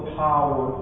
power